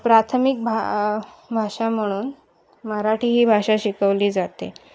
प्राथमिक भा भाषा म्हणून मराठी ही भाषा शिकवली जाते